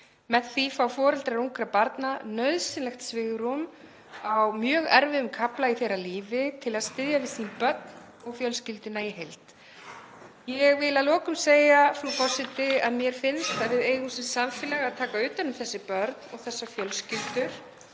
Með því fá foreldrar ungra barna nauðsynlegt svigrúm á mjög erfiðum kafla í þeirra lífi til að styðja við sín börn og fjölskyldu í heild. Ég vil að lokum segja, frú forseti, að mér finnst að við eigum sem samfélag að taka utan um þessi börn og þessar fjölskyldur